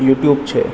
YouTube છે